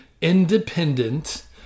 independent